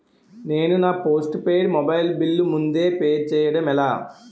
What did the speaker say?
నేను నా postpaid mobile bill ముందే పే చేయడం ఎలా?